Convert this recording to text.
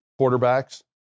quarterbacks